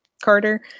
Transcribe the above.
Carter